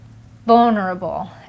vulnerable